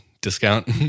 discount